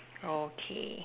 okay